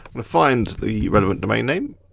and find the relevant domain name.